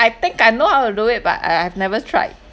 I think I know how to do it but I~ I've never tried